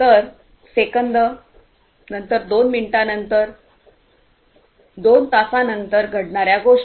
तर सेकंद नंतर दोन मिनिटांनंतर दोन तासांनंतर घडणार्या गोष्टी